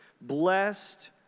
Blessed